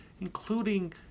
including